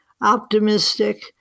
optimistic